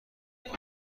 بالا